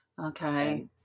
Okay